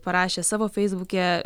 parašė savo feisbuke